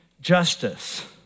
justice